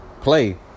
play